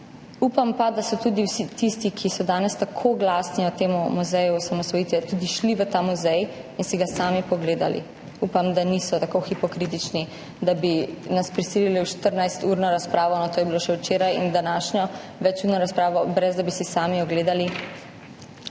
Upam pa, da so tudi vsi tisti, ki so danes tako glasni o tem Muzeju slovenske osamosvojitve, šli v ta muzej in si ga sami pogledali. Upam, da niso tako hipokritski, da bi nas prisilili v 14-urno razpravo, no, to je bilo še včeraj, in današnjo večurno razpravo, ne da bi si sami ogledali,